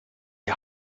die